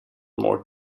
more